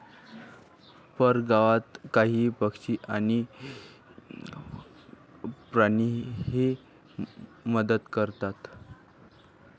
परगावात काही पक्षी आणि प्राणीही मदत करतात